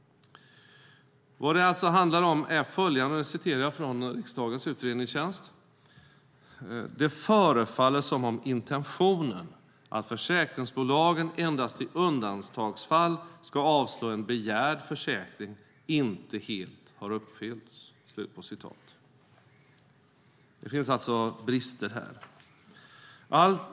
Vad det alltså handlar om är följande, och nu citerar jag från riksdagens utredningstjänst: "Det förefaller som om intentionen, att försäkringsbolagen endast i undantagsfall ska avslå en begärd försäkring, inte helt har uppfyllts." Det finns alltså brister här.